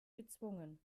gezwungen